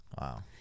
Wow